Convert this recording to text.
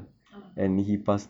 ah